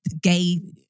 gay